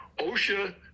OSHA